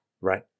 right